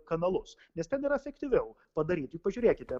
kanalus nes ten yra efektyviau padaryti pažiūrėkite